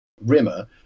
Rimmer